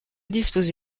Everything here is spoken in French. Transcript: dispose